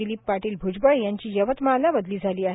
दिलीप पाटील भ्जबळ यांची यवतमाळला बदली झाली आहे